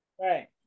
Right